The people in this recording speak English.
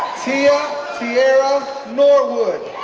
tia tiera norwood,